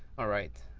alright.